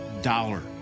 dollar